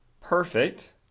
perfect